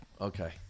Okay